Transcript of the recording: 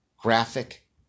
graphic